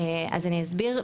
אז אני אסביר,